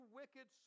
wicked